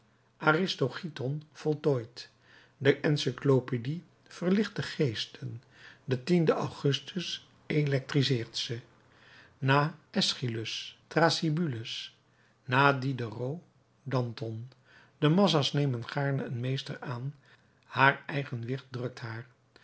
aristogiton voltooit de encyclopedie verlicht de geesten den augustus electriseert ze na eschylus thrasybules na diderot danton de massa's nemen gaarne een meester aan haar eigen wicht drukt haar